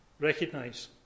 recognise